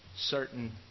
Certain